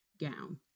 gown